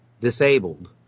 disabled